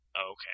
Okay